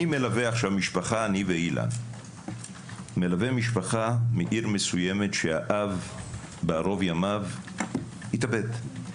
אני ואילן מלווים עכשיו משפחה מעיר מסוימת שהאב בערוב ימיו התאבד.